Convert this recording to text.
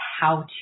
how-to